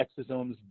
exosomes